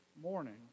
morning